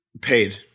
Paid